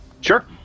sure